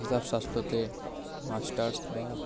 হিসাবশাস্ত্রতে masters বা